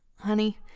Honey